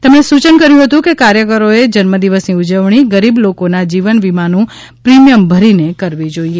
તેમણે સૂચન કર્યું હતું કે કાર્યકરોએ જન્મ દિવસની ઉજવણી ગરીબ લોકોના જીવન વીમાનું પ્રીમિયમ ભરીને કરવી જોઈએ